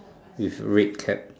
with red cap